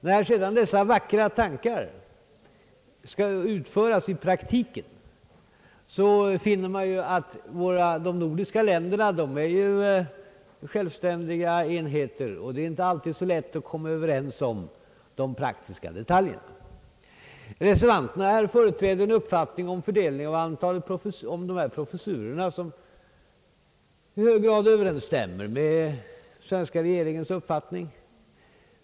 När sedan dessa vackra tankar skall utföras i praktiken, finner vi att de nordiska länderna är självständiga enheter och att det inte alltid är så lätt att komma överens om de praktiska detaljerna. Reservanterna företräder en uppfattning om fördelningen av de professurer det här gäller som i hög grad överensstämmer med regeringens uppfattning.